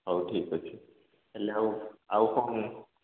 ହଉ ଠିକ୍ ଅଛି ହେଲେ ଆଉ ଆଉ କ'ଣ